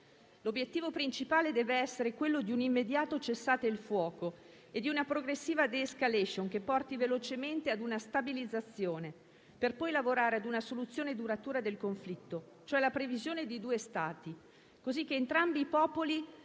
L'obiettivo principale dev'essere quello di un immediato cessate il fuoco e di una progressiva de-escalation*,* che porti velocemente a una stabilizzazione, per poi lavorare a una soluzione duratura del conflitto, cioè la previsione di due Stati, così che entrambi i popoli